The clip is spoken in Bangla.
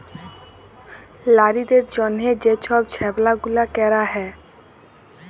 লারিদের জ্যনহে যে ছব ব্যবছা গুলা ক্যরা হ্যয়